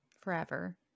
forever